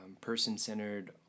person-centered